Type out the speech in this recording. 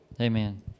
amen